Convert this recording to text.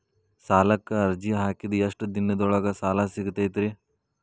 ಸಾಲಕ್ಕ ಅರ್ಜಿ ಹಾಕಿದ್ ಎಷ್ಟ ದಿನದೊಳಗ ಸಾಲ ಸಿಗತೈತ್ರಿ?